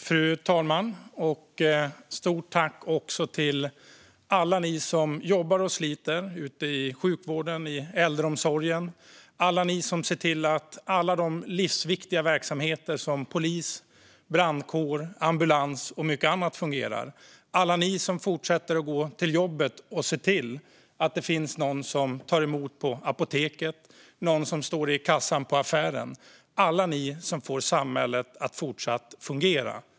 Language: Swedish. Fru talman! Stort tack till alla som jobbar och sliter i sjukvården och i äldreomsorgen, alla som ser till att alla de livsviktiga verksamheter som polis, brandkår, ambulans och mycket annat fungerar, alla som fortsätter att gå till jobbet och ser till att det finns någon som tar emot på apoteket och någon som står i kassan i affären - alla som får samhället att fortsätta att fungera.